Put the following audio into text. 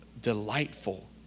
delightful